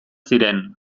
ziren